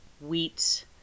wheat